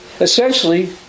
essentially